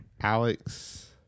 Alex